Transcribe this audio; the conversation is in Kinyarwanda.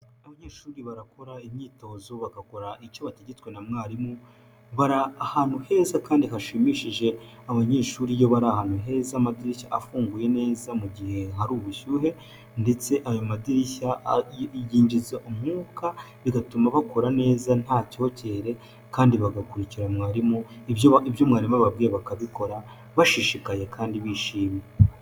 Abanyeshuri barakora imyitozo bagakora icyo bategetswe na mwalimu bari ahantu heza kandi hashimishije, abanyeshuri iyo bari ahantu heza amadirishya afunguye neza mugihe hari ubushyuhe ndetse ayo madirishya yinjiza umwuka bigatuma bakora neza nta cyokere kandi bagakurikira mwalimu ibyo mwarimu ababwiye bakabikora bashishikaye kandi bishimye.